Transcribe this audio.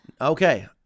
Okay